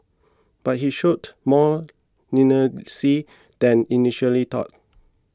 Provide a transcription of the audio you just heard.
but he showed more leniency than initially thought